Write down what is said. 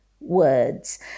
words